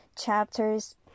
chapters